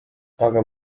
aga